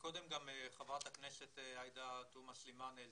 קודם חברת הכנסת עאידה תומא סלימאן,